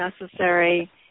necessary